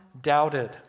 doubted